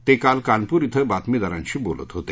ते काल कानपूर क्वं बातमीदारांशी बोलत होते